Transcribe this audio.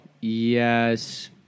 yes